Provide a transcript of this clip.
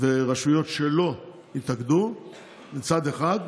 ורשויות של התאגדו מצד אחד,